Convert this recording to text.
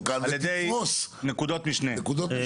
על ידי נקודות משנה.